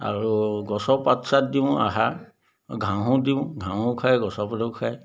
আৰু গছৰ পাত চাত দিওঁ আহাৰ ঘাঁহো দিওঁ ঘাঁহো খায় গছৰ পাতো খায়